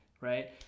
Right